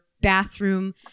bathroom